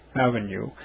Avenue